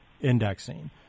indexing